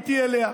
פניתי אליה,